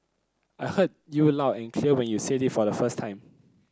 I heard you loud and clear when you said it for the first time